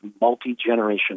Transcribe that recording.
multi-generational